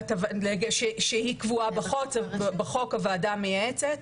שהיא קבועה בחוק, הוועדה המייעצת.